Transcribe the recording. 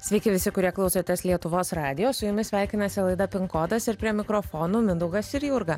sveiki visi kurie klausotės lietuvos radijo su jumis sveikinasi laida pin kodas ir prie mikrofonų mindaugas ir jurga